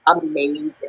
amazing